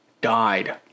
died